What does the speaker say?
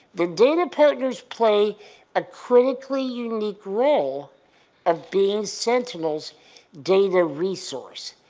the data partners play a critically unique role of being sentinel's data resource,